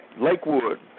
Lakewood